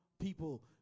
people